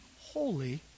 holy